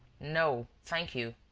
no, thank you.